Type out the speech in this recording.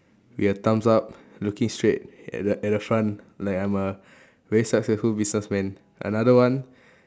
we have thumbs up looking straight at the at the front like I'm a very successful businessman another one